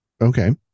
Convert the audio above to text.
Okay